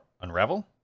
Unravel